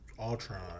Ultron